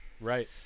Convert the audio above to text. Right